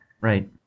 Right